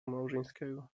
małżeńskiego